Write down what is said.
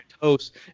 toast